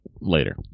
Later